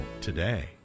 today